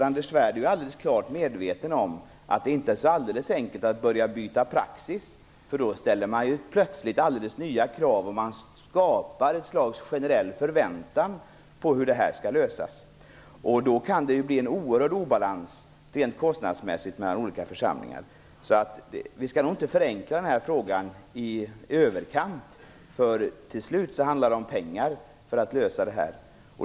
Anders Svärd är ju klart medveten om att det inte är alldeles enkelt att börja byta praxis, för då ställer man ju plötsligt alldeles nya krav, och man skapar ett slags generell förväntan på hur det här skall lösas. Då kan det också bli en oerhörd obalans rent kostnadsmässigt mellan olika församlingar. Så vi skall nog inte förenkla den här frågan i överkant. Till slut handlar det om pengar.